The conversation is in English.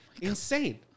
Insane